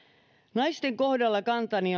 naisten kohdalla kantani